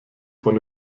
von